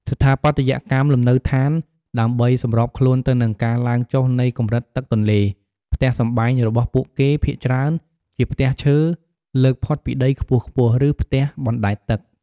ស្ថាបត្យកម្មលំនៅឋាន ដើម្បីសម្របខ្លួនទៅនឹងការឡើងចុះនៃកម្រិតទឹកទន្លេ ផ្ទះសម្បែងរបស់ពួកគេភាគច្រើនជា ផ្ទះឈើលើកផុតពីដីខ្ពស់ៗ ឬ ផ្ទះបណ្ដែតទឹក។